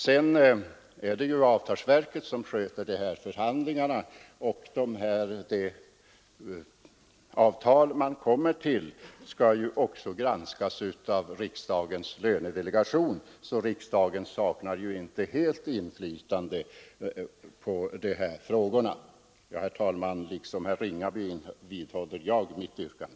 Vidare är avtalsverket part i dessa förhandlingar, och det avtal som man kommer fram till skall också granskas av riksdagens lönedelegation. Riksdagen saknar alltså inte inflytande på dessa frågor. Herr talman! Liksom herr Ringaby vidhåller jag mitt yrkande.